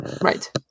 Right